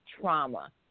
trauma